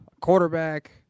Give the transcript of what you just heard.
quarterback